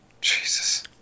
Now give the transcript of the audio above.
Jesus